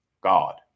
God